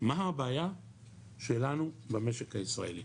מה הבעיה שלנו במשק הישראלי.